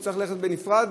הוא צריך ללכת בנפרד.